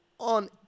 on